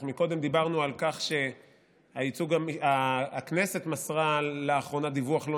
אנחנו קודם דיברנו על כך שהכנסת מסרה לאחרונה דיווח לא